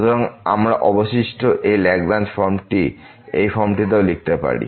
সুতরাং আমরা অবশিষ্ট এই Lagrange ফর্মটি এই ফর্মটিতেও লিখতে পারি